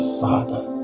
father